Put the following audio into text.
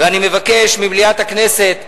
ואני מבקש ממליאת הכנסת,